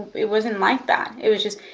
it wasn't like that. it was just,